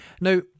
now